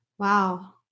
Wow